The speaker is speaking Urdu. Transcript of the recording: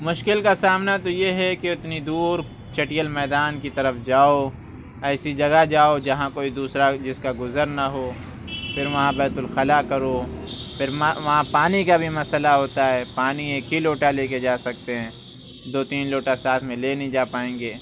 مشکل کا سامنا تو یہ ہے کہ اتنی دور چٹیل میدان کی طرف جاؤ ایسی جگہ جاؤ جہاں کوئی دوسرا جس کا گُزر نہ ہو پھر وہاں بیت الخلاء کرو پھر وہاں پانی کا بھی مسئلہ ہوتا ہے پانی ایک ہی لوٹا لے کے جا سکتے ہیں دو تین لوٹا ساتھ میں لے نہیں جا پائیں گے